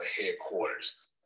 headquarters